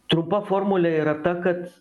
trumpa formulė yra ta kad